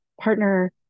partner